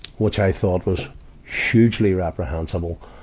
which i thought was hugely reprehensible,